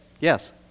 Yes